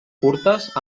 curtes